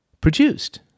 produced